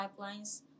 pipelines